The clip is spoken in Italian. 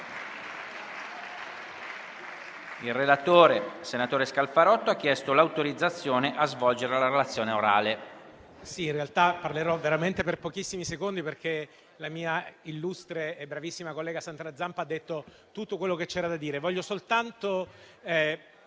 Il relatore, senatore De Priamo, ha chiesto l'autorizzazione a svolgere la relazione orale.